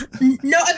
no